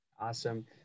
Awesome